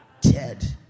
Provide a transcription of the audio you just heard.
Ted